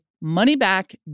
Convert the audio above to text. money-back